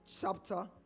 chapter